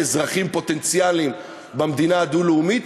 אזרחים פוטנציאליים במדינה הדו-לאומית,